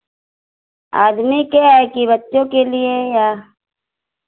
आदमी के है कि बच्चों के लिए या